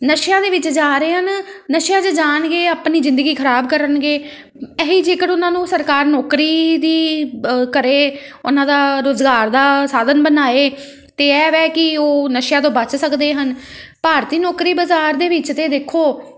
ਨਸ਼ਿਆਂ ਦੇ ਵਿੱਚ ਜਾ ਰਹੇ ਹਨ ਨਸ਼ਿਆਂ 'ਚ ਜਾਣਗੇ ਆਪਣੀ ਜ਼ਿੰਦਗੀ ਖਰਾਬ ਕਰਨਗੇ ਇਹੀ ਜੇਕਰ ਉਹਨਾਂ ਨੂੰ ਸਰਕਾਰ ਨੌਕਰੀ ਦੀ ਘਰੇ ਉਹਨਾਂ ਦਾ ਰੁਜ਼ਗਾਰ ਦਾ ਸਾਧਨ ਬਣਾਏ ਅਤੇ ਇਹ ਵੈ ਕਿ ਉਹ ਨਸ਼ਿਆਂ ਤੋਂ ਬਚ ਸਕਦੇ ਹਨ ਭਾਰਤੀ ਨੌਕਰੀ ਬਜ਼ਾਰ ਦੇ ਵਿੱਚ ਤਾਂ ਦੇਖੋ